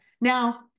Now